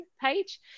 page